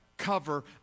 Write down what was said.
cover